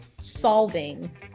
solving